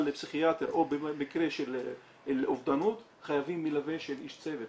לפסיכיאטר או במקרה של אובדנות חייבים מלווה של איש צוות,